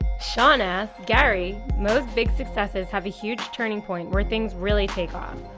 sean asks, gary, most big successes have a huge turning point where things really take off.